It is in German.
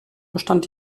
bestand